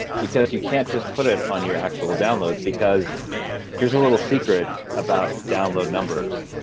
because you can't just put it on your actual downloads. because here's a little secret about download numbers,